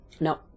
No